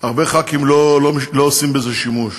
הרבה חברי כנסת לא עושים בזה שימוש,